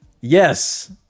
Yes